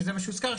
שזה מה שהוזכר,